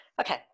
Okay